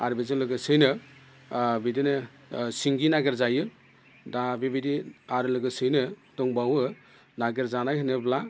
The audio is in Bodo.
आरो बेजों लोगोसेयैनो बिदिनो सिंगि नागिरजायो दा बेबायदि आरो लोगोसेयैनो दंबावो नागिरजानाय होनोब्ला